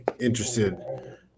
interested